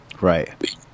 Right